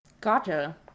Gotcha